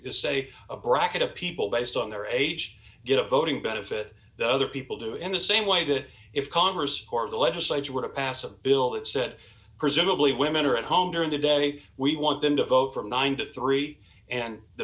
is say a bracket of people based on their age get a voting benefit the other people do in the same way that if congress or the legislature were to pass a bill it said presumably women are at home during the day we want them to vote from nine dollars to three